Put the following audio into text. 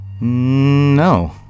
No